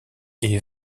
est